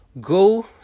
go